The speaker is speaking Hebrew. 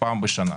פעם בשנה.